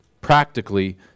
practically